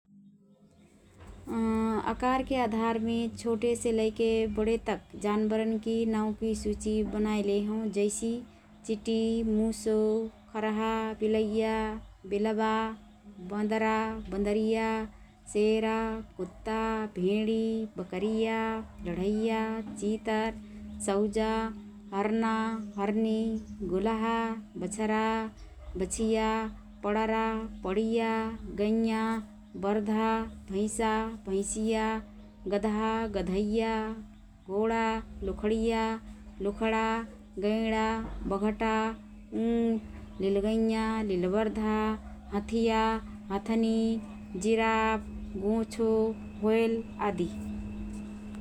अहँ आकारके आधारमे छोटेसेलैके बडेतक जानबरकी नावँकी सूची बनाएँ लेहओँ । जैसि: चिटी, मुसो, खरहा, बिलैया, बिलबा, बँदरा, बँदरिया, सेरा, कुत्ता, भेंडी, बकरिया, डडैया, चितर, सौजा, हर्ना, हर्नी, गुलहा, बछारा, बछिया, पडरा, पडिया, गइँया, बर्धा, भैँसा, भैँसिया, गदहा, गदहैया, घोडा, लुखडिया, लुखडा गैंडा, बघटा, ऊँट, लिलगइँया, लिलबर्धा, हथिया, हथनी, जिराफ, गोँछो, व्हेल आदि ।